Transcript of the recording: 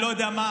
אני לא יודע מה,